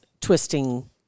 twisting